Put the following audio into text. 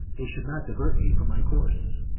they should not divert me from my course.